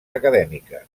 acadèmiques